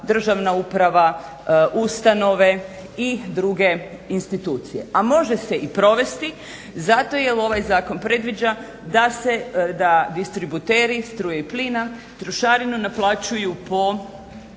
državna uprava, ustanove i druge institucije, a može se i provesti zato jer ovaj zakon predviđa da distributeri struje i plina trošarinu naplaćuju po